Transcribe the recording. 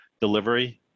delivery